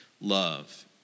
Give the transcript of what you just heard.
love